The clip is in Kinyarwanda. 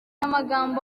amagambo